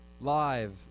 Live